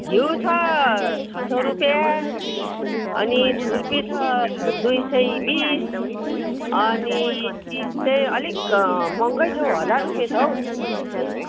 घिउ छ छ सौ रुपियाँ अनि छुर्पी छ दुई सय बिस अनि चिज चाहिँ अलिक महँगै छ हौ हजार रुपियाँ छ हौ